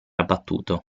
abbattuto